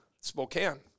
Spokane